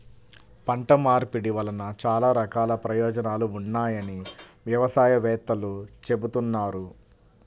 పంట మార్పిడి వలన చాలా రకాల ప్రయోజనాలు ఉన్నాయని వ్యవసాయ వేత్తలు చెబుతున్నారు